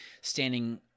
standing